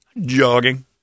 Jogging